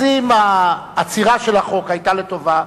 אם העצירה של החוק היתה לטובה,